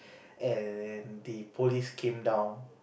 and the police came down